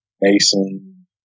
Mason